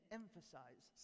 emphasize